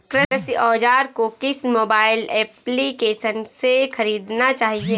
कृषि औज़ार को किस मोबाइल एप्पलीकेशन से ख़रीदना चाहिए?